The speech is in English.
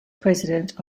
president